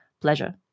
pleasure